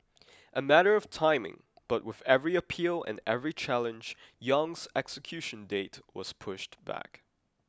a matter of timing but with every appeal and every challenge Yong's execution date was pushed back